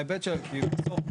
ההיבט של הכלכליות.